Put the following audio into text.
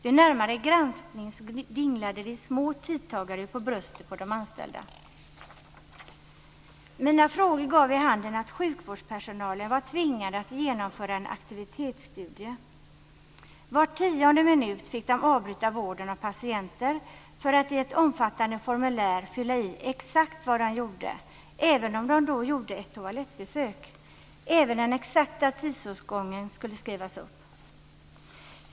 Vid en närmare granskning visade det sig att små tidtagarur dinglade på bröstet på de anställda. Mina frågor gav vid handen att sjukvårdspersonalen var tvingad att genomföra en aktivitetsstudie. Var tionde minut fick de avbryta vården av patienter för att i ett omfattande formulär fylla i exakt vad de gjorde, även om de gjorde ett toalettbesök. Också den exakta tidsåtgången skulle skrivas upp.